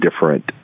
different